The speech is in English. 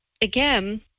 again